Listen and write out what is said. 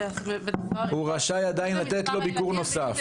הוא רשאי עדיין לתת לו ביקור נוסף.